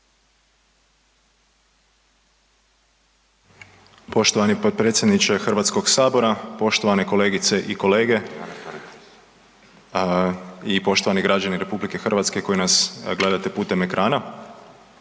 Poštovani potpredsjedniče HS-a, poštovane kolegice i kolege i poštovani građani RH koji nas gledate putem ekrana.